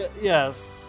Yes